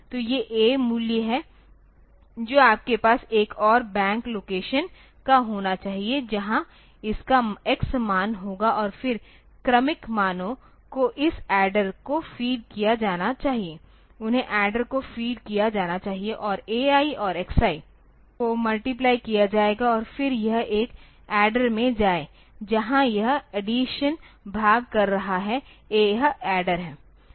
तो ये A मूल्य हैं जो आपके पास एक और बैंक लोकेशन का होना चाहिए जहां इसका x मान होगा और फिर क्रमिक मानों को इस एड्डर को फीड किया जाना चाहिए उन्हें एड्डर को फीड किया जाना चाहिए और ai और xi को मल्टीप्लय किया जाएगा और फिर यह एक एड्डर में जाएं जहां यह अडीसन भाग कर रहा है यह एड्डर है